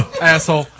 Asshole